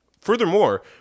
Furthermore